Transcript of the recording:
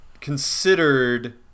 considered